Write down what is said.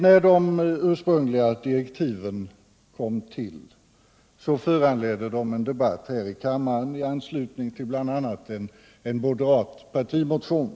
När de ursprungliga direktiven kom till föranledde de en debatt här i kammaren i anslutning till bl.a. en moderat partimotion.